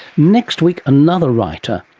next week, another writer,